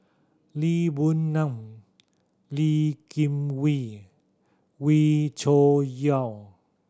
Lee Boon Ngan Lee Kim Wee Wee Cho Yaw